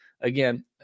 Again